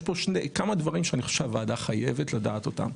יש פה כמה דברים שאני חושב שהוועדה חייבת לדעת אותם.